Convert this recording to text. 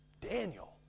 Daniel